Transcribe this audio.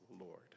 Lord